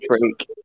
freak